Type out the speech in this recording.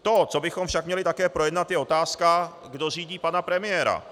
To, co bychom však měli také projednat, je otázka, kdo řídí pana premiéra.